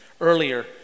earlier